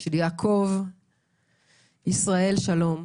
של יעקב ישראל שלום,